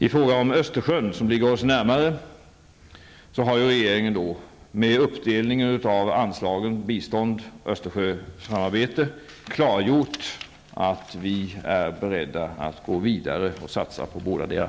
I fråga om Östersjön, som ju ligger oss närmare, har regeringen med uppdelningen av anslagen till bistånd och Östersjösamarbete klargjort att vi är beredda att gå vidare och satsa på bådadera.